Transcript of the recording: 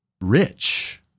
rich